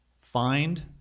find